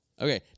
Okay